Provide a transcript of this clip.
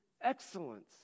excellence